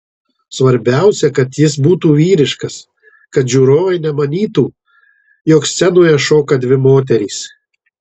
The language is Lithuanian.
svarbiausia kad jis būtų vyriškas kad žiūrovai nemanytų jog scenoje šoka dvi moterys